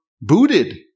booted